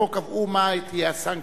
פה קבעו מה תהיה הסנקציה,